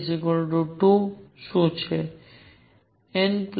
l 2